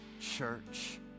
church